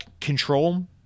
Control